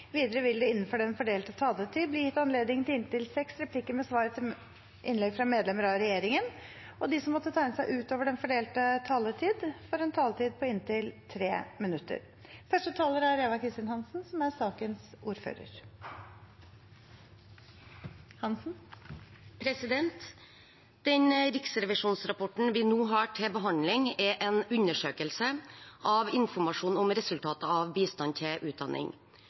Videre vil det – innenfor den fordelte taletid – bli gitt anledning til inntil seks replikker med svar etter innlegg fra medlemmer av regjeringen, og de som måtte tegne seg på talerlisten utover den fordelte taletid, får en taletid på inntil 3 minutter. Riksrevisjonsrapporten vi nå har til behandling, er en undersøkelse av informasjon om resultatene av bistand til utdanning.